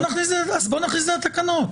אז בוא נכניס את זה לתקנות.